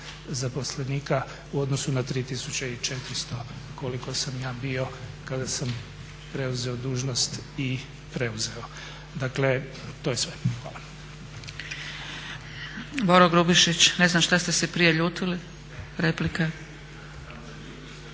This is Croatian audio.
zaposlenika u odnosu na 3400 koliko sam ja bio kada sam preuzeo dužnost i preuzeo. Dakle, to je sve, hvala.